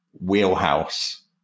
wheelhouse